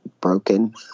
Broken